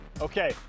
Okay